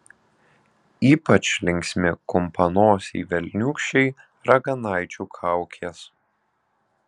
ypač linksmi kumpanosiai velniūkščiai raganaičių kaukės